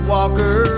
Walker